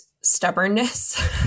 stubbornness